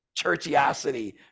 churchiosity